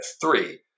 three